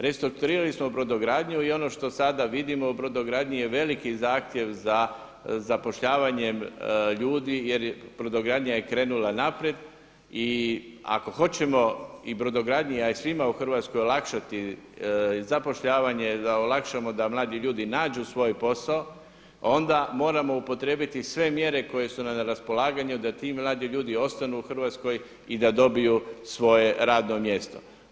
Restrukturirali smo brodogradnji i ono što sada vidimo u brodogradnji je veliki zahtjev za zapošljavanjem ljudi jer brodogradnja je krenula naprijed i ako hoćemo i brodogradnji, a i svima u Hrvatskoj olakšati zapošljavanje da olakšamo da mladi ljudi nađu svoj posao onda moramo upotrijebiti sve mjere koje su nam na raspolaganju da ti mladi ljudi ostanu u Hrvatskoj i da dobiju svoje radno mjesto.